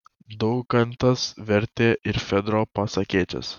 daukantas vertė ir fedro pasakėčias